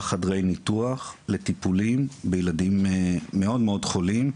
חדרי ניתוח לטיפולים בילדים מאוד חולים,